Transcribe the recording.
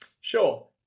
Sure